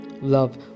Love